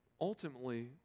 ultimately